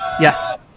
yes